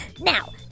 Now